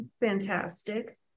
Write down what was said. Fantastic